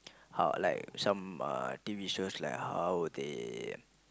how like some uh T_V shows like how they